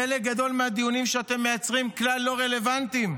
חלק גדול מהדיונים שאתם מייצרים כלל לא רלוונטיים.